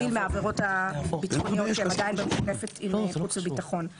להבדיל מהעבירות הביטחוניות שהן עדיין במשותפת עם ועדת החוץ והביטחון.